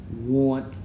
want